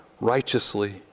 righteously